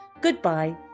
goodbye